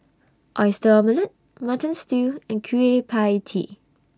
Oyster Omelette Mutton Stew and Kueh PIE Tee